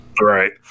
right